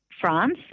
France